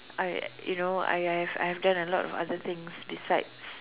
I you know I I've I've done a lot of other things besides